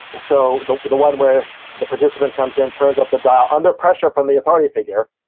so the the one where the participant comes in, turns up the dial, under pressure from the authority figure,